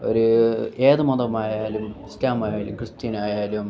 ഒരു ഏത് മതമായാലും ഇസ്ലാം മതമായാലും ക്രിസ്ത്യനി ആയാലും